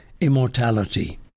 immortality